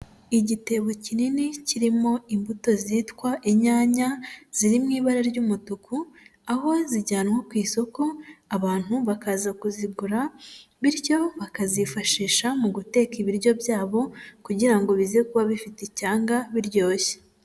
Igitebo kinini kirimo imbuto zitwa inyanya ziri mu ibara ry'umutuku, aho zijyanwa ku isoko, abantu bakaza kuzigura bityo bakazifashisha mu guteka ibiryo byabo kugira ngo bize kuba bifite icyanga biryoshye.